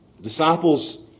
Disciples